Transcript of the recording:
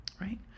right